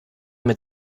mit